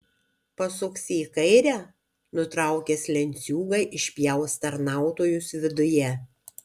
pasuksi į kairę nutraukęs lenciūgą išpjaus tarnautojus viduje